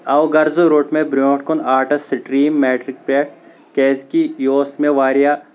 او غرضہٕ روٚٹ مےٚ برونٹھ کُن آٹس سٹریٖم میٹرِک پٮ۪ٹھ کیازِ کہِ یہِ اوس مےٚ واریاہ